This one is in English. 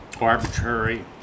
Arbitrary